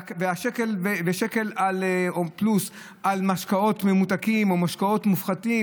ושקל פלוס על משקאות ממותקים או משקאות מופחתים,